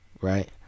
right